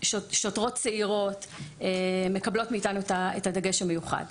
שוטרות צעירות מקבלות מאתנו את הדגש המיוחד.